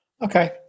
Okay